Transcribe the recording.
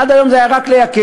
עד היום זה היה רק לייקר.